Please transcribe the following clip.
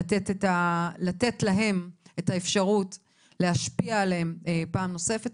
לתת להם את האפשרות להשפיע עליהם פעם נוספת.